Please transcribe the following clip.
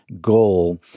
goal